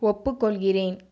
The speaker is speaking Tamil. ஒப்புக்கொள்கிறேன்